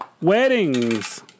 Weddings